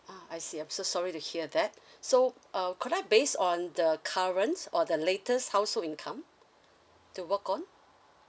ah I see I'm so sorry to hear that so uh could I based on the current or the latest household income to work on